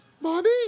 mommy